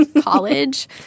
college